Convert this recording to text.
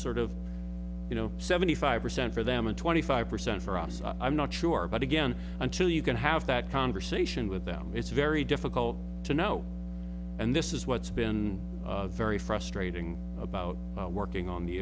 sort of you know seventy five percent for them and twenty five percent for us i'm not sure but again until you can have that conversation with them it's very difficult to know and this is what's been very frustrating about working on the